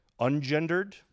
ungendered